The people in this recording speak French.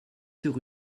sur